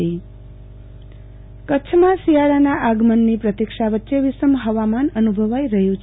આરતીબેન ભદ્દ હવામાન કચ્છમાં શિયાળાના આગમનની પ્રતિક્ષા વચ્ચે વિષમ હવામાન અનુભવાઈ રહ્યુ છે